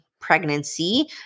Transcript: pregnancy